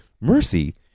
mercy